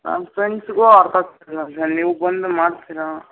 ನನ್ನ ಫ್ರೆಂಡ್ಸಿಗೂ ಅರ್ಥ ಆಗ್ತಿಲ್ಲ ಸರ್ ನೀವು ಬಂದು ಮಾಡ್ತೀರಾ